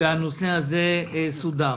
הנושא הזה סודר.